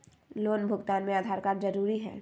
Loan भुगतान में Aadhaar card जरूरी है?